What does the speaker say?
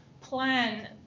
plan